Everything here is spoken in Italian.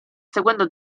seguendo